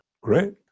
Great